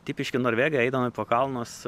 tipiški norvegai eidami po kalnus